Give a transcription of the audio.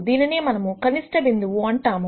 దీనినే మనము కనిష్ట బిందువు అంటాము